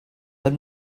let